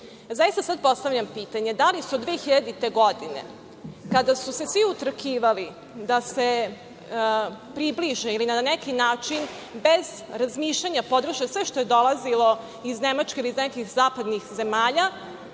Zaista postavljam sada pitanje da li su 2000. godine, kada su se svi utrkivali da se približe ili na neki način, bez razmišljanja, podrže sve što je dolazilo iz Nemačke ili iz nekih zapadnih zemalja,